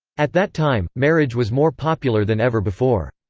at that time marriage was more popular than ever before.